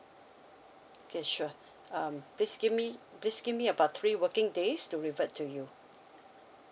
okay sure um please give me please give me about three working days to revert to you